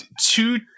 Two